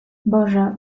boże